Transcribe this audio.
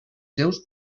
seus